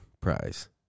prize